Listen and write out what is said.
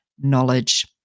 knowledge